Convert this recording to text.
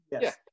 yes